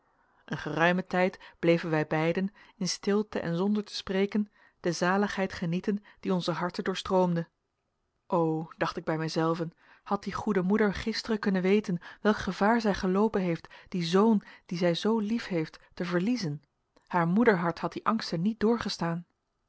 een geruimen tijd bleven wij beiden in stilte en zonder te spreken de zaligheid genieten die onze harten doorstroomde o dacht ik bij mijzelven had die goede moeder gisteren kunnen weten welk gevaar zij geloopen heeft dien zoon dien zij zoo liefheeft te verliezen haar moederhart had die angsten niet doorgestaan